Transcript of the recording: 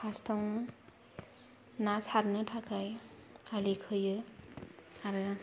फार्स्टआवनो ना सारनो थाखाय आलि खोयो आरो